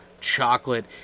chocolate